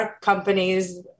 companies